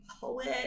poet